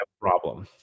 problem